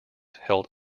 held